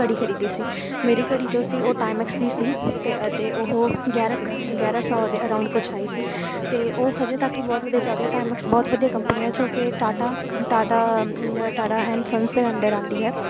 ਘੜੀ ਖਰੀਦੀ ਸੀ ਮੇਰੀ ਘੜੀ ਜੋ ਸੀ ਉਹ ਟਾਈਮੈਕਸ ਦੀ ਸੀ ਤੇ ਅਤੇ ਉਹ ਗਿਆਰ੍ਹਾਂ ਕੁ ਗਿਆਰ੍ਹਾਂ ਸੌ ਦੇ ਅਰਾਊਂਡ ਕੁਛ ਆਈ ਸੀ ਅਤੇ ਉਹ ਅਜੇ ਤੱਕ ਵੀ ਬਹੁਤ ਵਧੀਆ ਚੱਲਦੀ ਹੈ ਟਾਈਮੈਕਸ ਬਹੁਤ ਵਧੀਆ ਕੰਪਨੀਆਂ 'ਚ ਹੋ ਕੇ Tata Tata Tata and Sons under ਆਉਂਦੀ ਹੈ